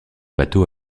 bateaux